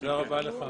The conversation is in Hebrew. בשעה 11:34.